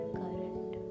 current